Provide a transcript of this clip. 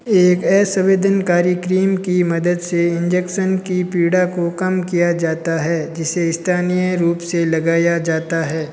एक असंवेदनकारी क्रीम की मदद से इंजेक्सन की पीड़ा को कम किया जाता है जिसे स्थानीय रूप से लगाया जाता है